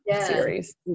series